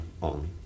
on